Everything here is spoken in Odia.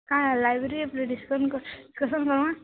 ହଁ ଲାଇବ୍ରେରୀ